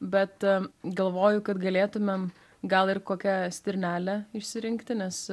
bet galvoju kad galėtumėm gal ir kokią stirnelę išsirinkti nes